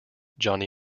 johnny